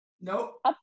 Nope